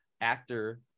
actor